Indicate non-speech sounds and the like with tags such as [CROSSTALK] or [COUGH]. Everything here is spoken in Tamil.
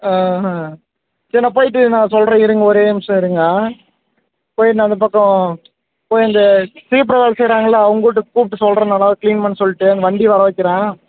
சரி நான் போயிட்டு நான் சொல்கிறேன் இருங்க ஒரே நிமிடம் இருங்க போய் நான் இந்தப்பக்கம் போயி அந்த [UNINTELLIGIBLE] வேலை செய்யிறாங்கல்ல அவங்ககிட்ட கூப்பிட்டு சொல்றேன் கிளீன் பண்ண சொல்லிட்டு அந்த வண்டி வர வைக்கிறேன்